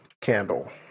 candle